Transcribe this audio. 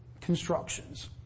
constructions